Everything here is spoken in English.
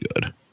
good